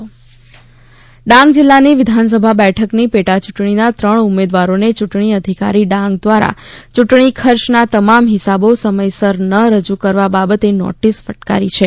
ડાંગ પેટા ચૂંટણી નોટિસ ડાંગ જિલ્લાની વિધાનસભા બેઠકની પેટા ચૂંટણીનાં ત્રણ ઉમેદવારને યૂંટણી અધિકારી ડાંગ દ્વારા ચૂંટણી ખર્ચનાં તમામ હિસાબો સમયસર ન રજૂ કરવા બાબતે નોટિસ ફટકારી છે